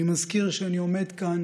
אני מזכיר שאני עומד כאן